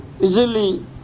easily